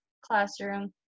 classroom